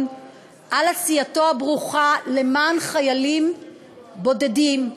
על עשייתו הברוכה למען חיילים בודדים,